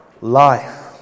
life